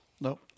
No